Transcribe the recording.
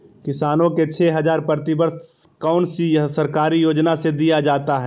किसानों को छे हज़ार प्रति वर्ष कौन सी सरकारी योजना से दिया जाता है?